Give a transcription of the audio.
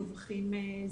מדווחים.